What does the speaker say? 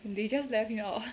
they just left him out